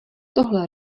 tohle